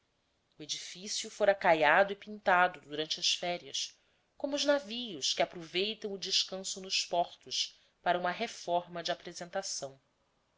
folha o edifício fora caiado e pintado durante as férias como os navios que aproveitam o descanso nos portos para uma reforma de apresentação